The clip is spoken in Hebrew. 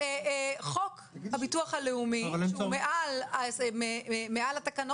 חוק הביטוח הלאומי הוא מעל לכל,